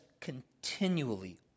continually